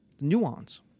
Nuance